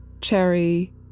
cherry